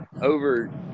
over